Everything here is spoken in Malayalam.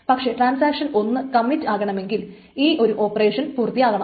പക്ഷെ ടാൻസാക്ഷൻ 1 കമ്മിറ്റ് ആകണമെങ്കിൽ ഈ ഒരു ഓപ്പറേഷൻ പൂർത്തിയാക്കണം